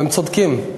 והם צודקים,